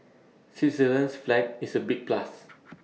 Switzerland's flag is A big plus